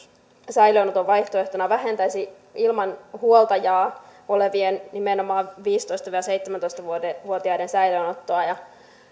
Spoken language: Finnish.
säilöönoton vaihtoehtona vähentäisi nimenomaan ilman huoltajaa olevien viisitoista viiva seitsemäntoista vuotiaiden vuotiaiden säilöönottoa